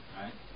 right